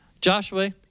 Joshua